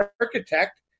architect